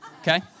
okay